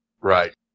Right